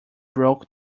broke